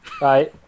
Bye